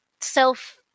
self